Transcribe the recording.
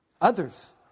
Others